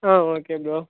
ah okay bro